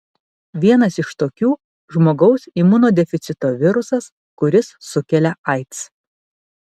vienas iš tokių žmogaus imunodeficito virusas kuris sukelia aids